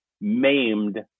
maimed